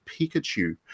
Pikachu